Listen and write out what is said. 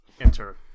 Enter